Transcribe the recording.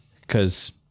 because-